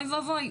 אוי ואבוי,